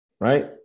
right